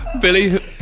Billy